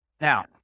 Now